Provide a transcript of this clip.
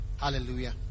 Hallelujah